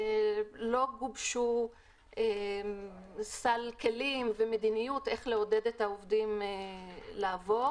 לא גובש סל כלים ומדיניות איך לעודד את העובדים לעבור.